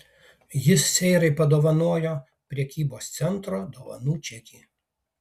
jis seirai padovanojo prekybos centro dovanų čekį